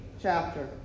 chapter